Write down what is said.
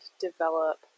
develop